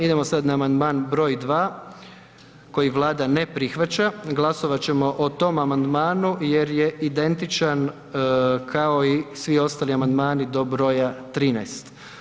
Idemo sad na Amandman broj 2. koji Vlada ne prihvaća, glasovat ćemo o tom amandmanu jer je identičan kao i svi broji amandmani do broja 13.